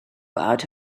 out